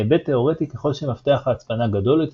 מהיבט תאורטי ככל שמפתח ההצפנה גדול יותר